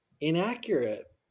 inaccurate